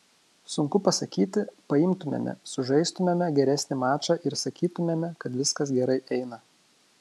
sunku pasakyti paimtumėme sužaistumėme geresnį mačą ir sakytumėme kad viskas gerai eina